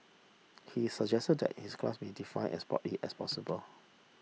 he suggested that this class be define as broadly as possible